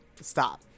stop